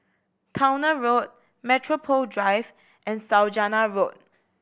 Towner Road Metropole Drive and Saujana Road